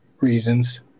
reasons